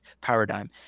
paradigm